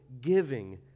giving